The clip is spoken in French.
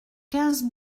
quinze